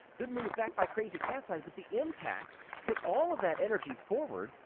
good move back by crazy cat's eyes, but the impact put all of that energy forward,